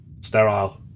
sterile